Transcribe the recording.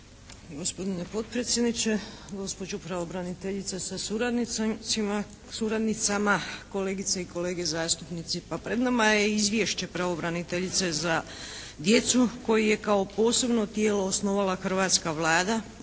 Gospodine potpredsjedniče, gospođo pravobraniteljice sa suradnicama, kolegice i kolege zastupnici. Pa pred nama je Izvješće pravobraniteljice za djecu koji je kao posebno tijelo osnovala hrvatska Vlada